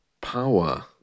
power